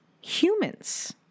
humans